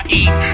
eat